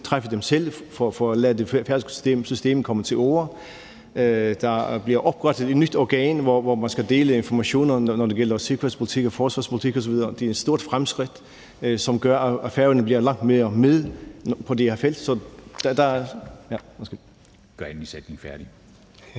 træffe dem selv, for at lade det færøske system komme til orde. Der bliver oprettet et nyt organ, hvor man skal dele informationerne, når det gælder sikkerhedspolitik og forsvarspolitik osv. Det er et stort fremskridt, som gør, at Færøerne kommer langt mere med på det her felt, så ... (Formanden